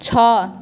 छ